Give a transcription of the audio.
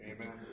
Amen